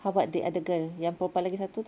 how about the other girl yang perempuan lagi satu tu